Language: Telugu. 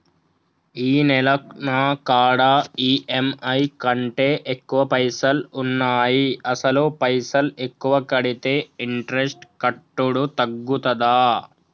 ఈ నెల నా కాడా ఈ.ఎమ్.ఐ కంటే ఎక్కువ పైసల్ ఉన్నాయి అసలు పైసల్ ఎక్కువ కడితే ఇంట్రెస్ట్ కట్టుడు తగ్గుతదా?